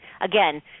again